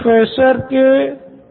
professor या कोई अच्छी फिल्म लगी हो